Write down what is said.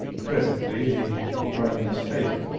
presently the brightness faded,